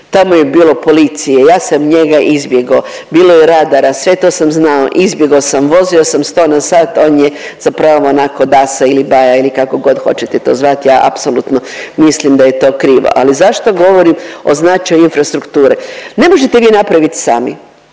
tamo je bilo policije, ja sam njega izbjegao, bilo je radara, sve to sam znao, izbjegao sam vozio sam 100 na sat, on je zapravo onako dasa ili baja ili kako god hoćete to zvati. Ja apsolutno mislim da je to krivo ali zašto govorim o značaju infrastrukture. Ne možete vi napravit sami,